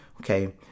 okay